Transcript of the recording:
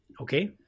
okay